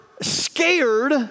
scared